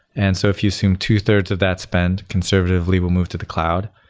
and so if you assume two-thirds of that spend conservatively will move to the cloud,